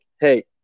Hey